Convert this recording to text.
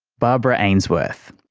barbara ainsworth.